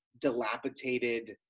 dilapidated